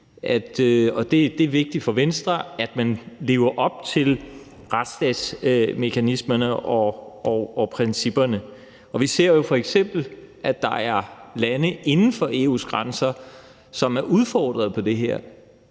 Det er vigtigt for Venstre, at man lever op til retsstatsmekanismerne og -principperne. Vi ser jo f.eks., at der er lande inden for EU's grænser, som er udfordret på det her,